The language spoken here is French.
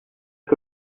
que